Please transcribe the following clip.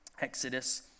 Exodus